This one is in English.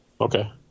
Okay